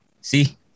See